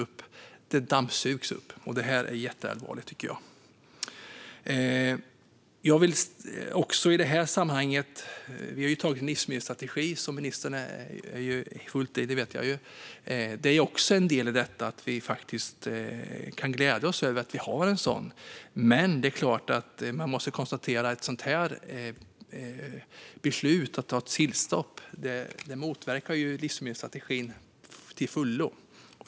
Däremot ser de att vattnen dammsugs, och det är allvarligt. Vi har antagit en livsmedelsstrategi, som ministern är delaktig i, och vi kan glädja oss åt att den finns. Men vi måste konstatera att ett beslut om sillfiskestopp motverkar livsmedelsstrategin till fullo.